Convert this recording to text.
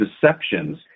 deceptions